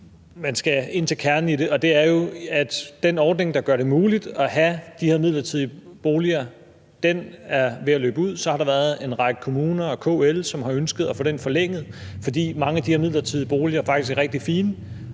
man skal ind til kernen i det, og det er jo, at den ordning, der gør det muligt at have de her midlertidige boliger, er ved at løbe ud, og så har der været en række kommuner og KL, som har ønsket at få den forlænget, fordi mange af de her midlertidige boliger faktisk er rigtig fine.